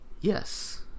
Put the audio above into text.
yes